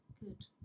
good